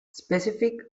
specific